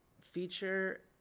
feature